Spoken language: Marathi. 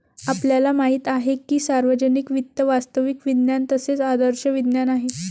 आपल्याला माहित आहे की सार्वजनिक वित्त वास्तविक विज्ञान तसेच आदर्श विज्ञान आहे